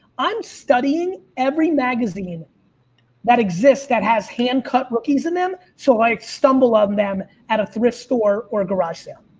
i'm studying every magazine that exists that has hand cut rookies in them. so i stumble ah on them at a thrift store or a garage sale.